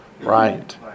Right